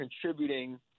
contributing